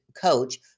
coach